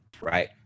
right